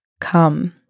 come